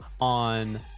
on